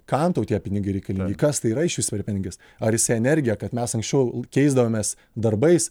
kam tau tie pinigai reikalingi kas tai yra išvis per pinigas ar jisai energija kad mes anksčiau keisdavomės darbais